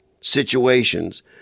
situations